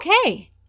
okay